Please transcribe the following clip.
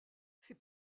ses